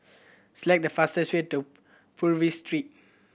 select the fastest way to Purvis Street